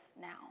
now